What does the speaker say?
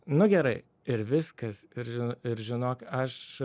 nu gerai ir viskas ir ir žinok aš